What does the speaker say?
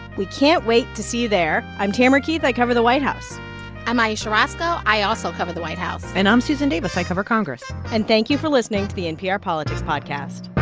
we can't wait to see you there. i'm tamara keith. i cover the white house i'm ayesha rascoe. i also cover the white house and i'm susan davis. i cover congress and thank you for listening to the npr politics podcast